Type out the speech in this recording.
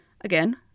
Again